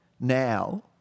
now